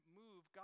move